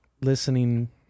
listening